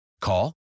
Call